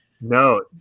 No